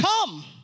come